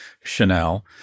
Chanel